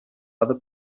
other